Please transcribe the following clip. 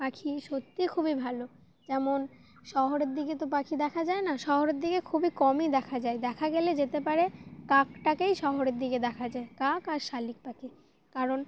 পাখি সত্যি খুবই ভালো যেমন শহরের দিকে তো পাখি দেখা যায় না শহরের দিকে খুবই কমই দেখা যায় দেখা গেলে যেতে পারে কাকটাকেই শহরের দিকে দেখা যায় কাক আর শালিক পাখি কারণ